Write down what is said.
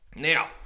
Now